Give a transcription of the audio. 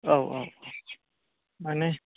औ औ माने